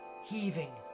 heaving